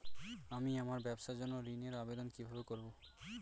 আমি আমার ব্যবসার জন্য ঋণ এর আবেদন কিভাবে করব?